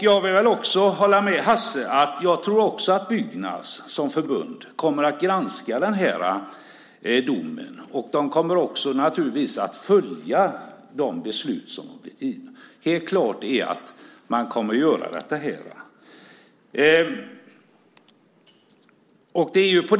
Jag håller med Hasse; jag tror också att Byggnads som förbund kommer att granska domen. Man kommer naturligtvis att följa de beslut som har fattats. Det är helt klart är att man kommer att göra så.